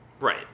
right